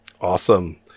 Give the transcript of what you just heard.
Awesome